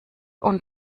und